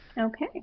Okay